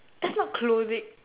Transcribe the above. that's not clothing